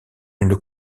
une